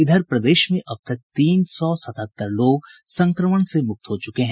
इधर प्रदेश में अब तक तीन सौ सतहत्तर लोग संक्रमण से मुक्त हो चुके हैं